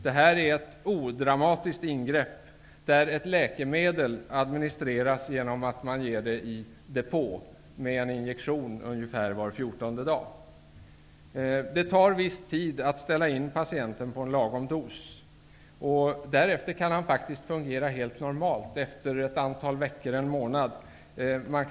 Det gäller ett odramatiskt ingrepp där ett läkemedel administreras i depå, genom en injektion ungefär var 14:e dag. Det tar viss tid att ställa in patienten på en lagom stor dos. Därefter kan han faktiskt, efter ett antal veckor eller en månad, fungera helt normalt.